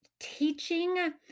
teaching